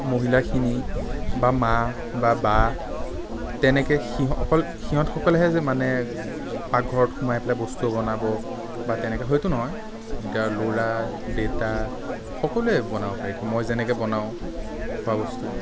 মহিলাখিনি বা মা বা বা তেনেকে সিহঁত অকল সিহঁতসকলেহে যে মানে পাকঘৰত সোমাই পেলাই বস্তু বনাব বা তেনেকে হয়তো নহয় এতিয়া ল'ৰা দেতা সকলোৱে বনাব পাৰিতো মই যেনেকে বনাওঁ খোৱা বস্তু